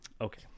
Okay